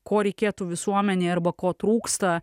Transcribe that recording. ko reikėtų visuomenei arba ko trūksta